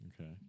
Okay